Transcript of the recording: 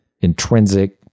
intrinsic